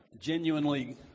genuinely